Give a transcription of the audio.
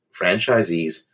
franchisees